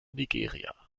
nigeria